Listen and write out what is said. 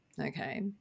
okay